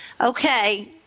Okay